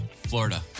Florida